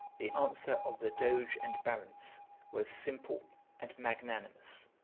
the answer of the doge and barons was simple and magnanimous.